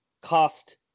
cost